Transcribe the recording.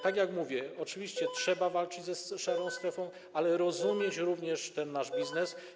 Tak jak mówię, oczywiście trzeba walczyć z szarą strefą, ale rozumieć również ten nasz biznes.